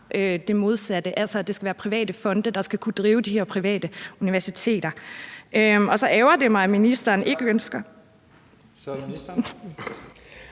det modsatte, altså at det skal være private fonde, der skal kunne drive de her private universiteter. Og så ærgrer det mig, at ministeren ikke ønsker